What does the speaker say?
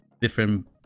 different